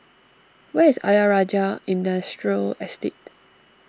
where is Ayer Rajah Industrial Estate